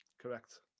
Correct